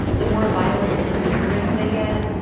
the more violent and dangerous they get,